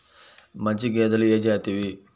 మంచి గేదెలు ఏ జాతివి?